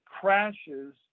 crashes